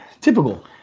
typical